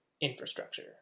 infrastructure